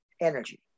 energy